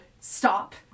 stop